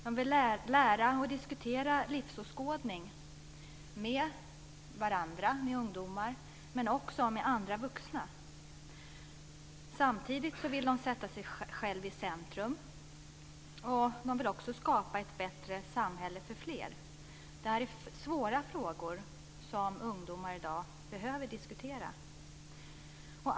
De vill lära sig om och diskutera livsåskådning med varandra, med ungdomar och också med andra vuxna. Samtidigt vill de sätta sig själva i centrum, och de vill också skapa ett bättre samhälle för fler. Det är svåra frågor som ungdomar i dag behöver diskutera.